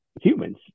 humans